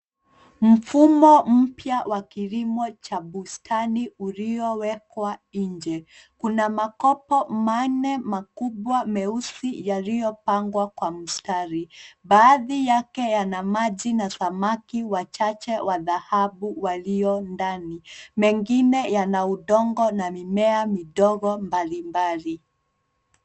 Mfumo mpya wa kilimo cha bustani uliowekwa nje. Kuna makopo manne makubwa meusi yaliyopangwa kwa mstari baadhi yake yana maji na samaki wachache wa dhahabu walio ndani. Mengine yana udongo na mimea midogo mbalimbali.